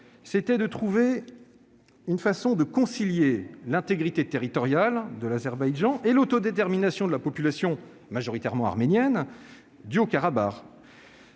c'est de trouver une façon de concilier l'intégrité territoriale de l'Azerbaïdjan et l'autodétermination de la population, majoritairement arménienne, du Haut-Karabagh.